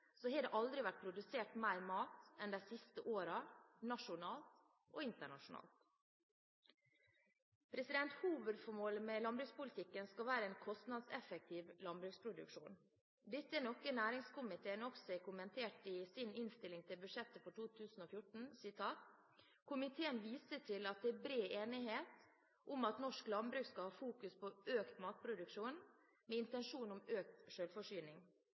har det aldri vært produsert mer mat enn de siste årene nasjonalt og internasjonalt. Hovedformålet med landbrukspolitikken skal være en kostnadseffektiv landbruksproduksjon. Dette er noe næringskomiteen også har kommentert i sin innstilling til budsjettet, Innst. 8 S for 2013–2014: «Komiteen viser til at det er bred enighet om at norsk landbruk skal ha fokus på økt matproduksjon med intensjon om økt